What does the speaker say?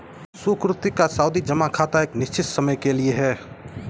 सुकृति का सावधि जमा खाता एक निश्चित समय के लिए है